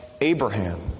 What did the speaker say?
Abraham